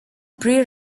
pre